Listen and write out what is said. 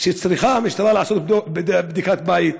צריכה המשטרה לעשות בדק בית,